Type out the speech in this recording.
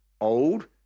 Old